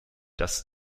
das